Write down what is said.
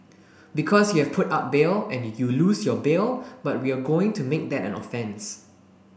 because you have put up bail and you lose your bail but we are going to make that an offence